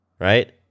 right